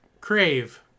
Crave